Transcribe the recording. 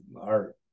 art